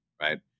right